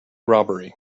robbery